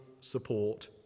support